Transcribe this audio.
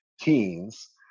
teens